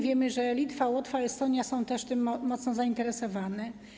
Wiemy, że Litwa, Łotwa, Estonia też są tym mocno zainteresowane.